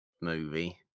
movie